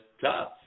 tough